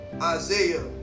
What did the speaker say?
Isaiah